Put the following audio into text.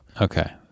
Okay